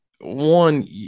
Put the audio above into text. one